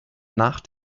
nach